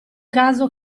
caso